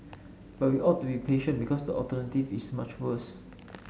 but we ought to be patient because the alternative is much worse